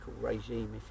regime